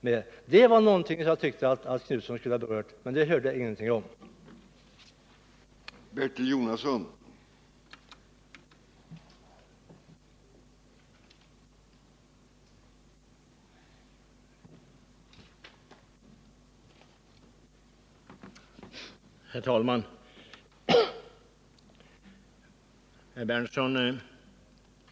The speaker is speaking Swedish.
Det var alltså någonting som jag tyckte Göthe Knutson skulle ha berört, men jag hörde ingenting om detta i hans anförande.